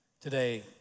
Today